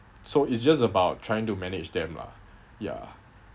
so it's just about trying to manage them lah ya